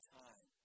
time